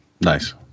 Nice